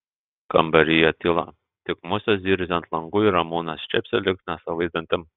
kambaryje tyla tik musės zirzia ant langų ir ramūnas čepsi lyg nesavais dantim